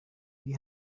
iri